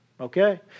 okay